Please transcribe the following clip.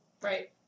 Right